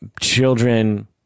children